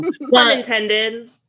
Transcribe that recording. intended